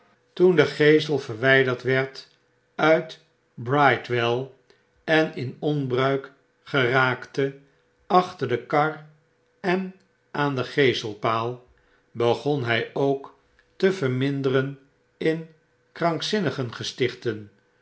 toen de geesel verwjjderd werd uit bridewell en in onbruik geraakte achter de kar en aan de geeselpaal begon hy ook te verminderen in krankzinnigengestichten